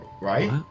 Right